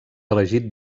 elegit